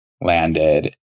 landed